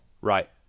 Right